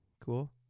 cool